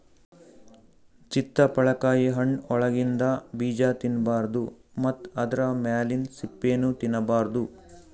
ಚಿತ್ತಪಳಕಾಯಿ ಹಣ್ಣ್ ಒಳಗಿಂದ ಬೀಜಾ ತಿನ್ನಬಾರ್ದು ಮತ್ತ್ ಆದ್ರ ಮ್ಯಾಲಿಂದ್ ಸಿಪ್ಪಿನೂ ತಿನ್ನಬಾರ್ದು